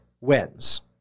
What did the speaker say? wins